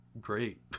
great